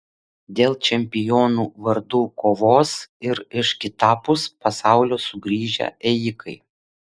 dėl čempionų vardų kovos ir iš kitapus pasaulio sugrįžę ėjikai